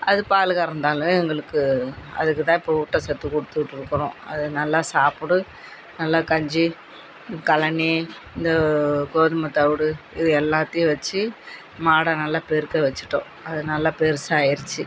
அது பால் கறந்தாலும் எங்களுக்கு அதுக்கு தான் இப்போ ஊட்டச்சத்து கொடுத்துட்ருக்குறோம் அது நல்லா சாப்பிடும் நல்லா கஞ்சி கழனி இந்த கோதுமை தவுடு இது எல்லாத்தையும் வச்சு மாடை நல்லா பெருக்க வச்சுட்டோம் அது நல்லா பெருசாயிருச்சு